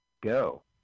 go